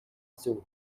suite